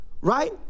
Right